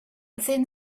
thin